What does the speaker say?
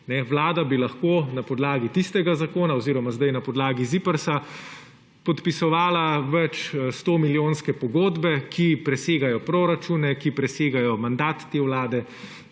Vlada bi lahko na podlagi tistega zakona oziroma zdaj na podlagi ZIPRS-a podpisovala več stomilijonske pogodbe, ki presegajo proračune, ki presegajo mandat te vlade;